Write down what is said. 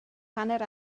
hanner